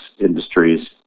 industries